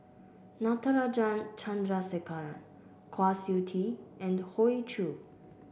Natarajan Chandrasekaran Kwa Siew Tee and Hoey Choo